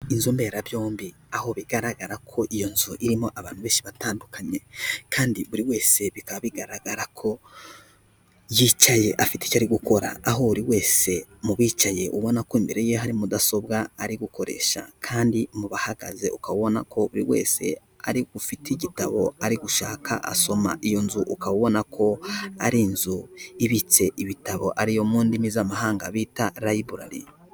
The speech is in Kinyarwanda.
Inzo mberabyombi aho bigaragara ko iyo nzu irimo abantu benshi batandukanye, kandi buri wese bikaba bigaragara ko yicaye afite icyo ari gukora. Aho buri wese mu bicaye ubona ko mbere ye hari mudasobwa, ari gukoresha; kandi mu bahagaze ukaba ubona ko buri wese afite igitabo ari gushaka asoma. Iyo nzu ukabona ko ari inzu ibitse ibitabo, ari yo mu ndimi z'amahanga bita rayiburari.